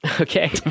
Okay